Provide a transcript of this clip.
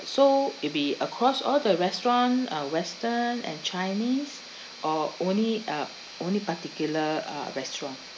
so it'll be across all the restaurant uh western and chinese or only uh only particular uh restaurant